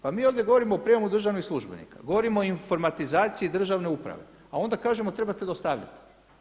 Pa mi ovdje govorimo o prijemu državnih službenika, govorimo o informatizaciji državne uprave, a onda kažemo trebate dostavljati.